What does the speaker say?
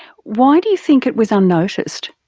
why do you think it was unnoticed?